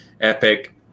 Epic